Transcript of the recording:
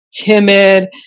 timid